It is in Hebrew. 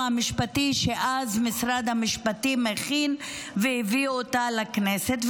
המשפטי שאז משרד המשפטים הכין והביא אותה לכנסת.